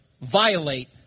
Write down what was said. violate